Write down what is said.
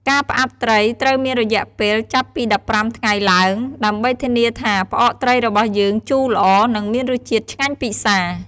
ការផ្អាប់ត្រីត្រូវមានរយៈពេលចាប់ពី១៥ថ្ងៃឡើង ដើម្បីធានាថា ផ្អកត្រីរបស់យើងជូរល្អ និងមានរសជាតិឆ្ងាញ់ពិសា។